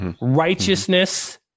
Righteousness